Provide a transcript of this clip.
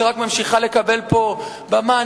שרק ממשיכה לקבל פה במה.